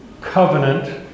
covenant